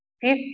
Fifth